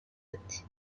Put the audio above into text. ati